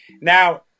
Now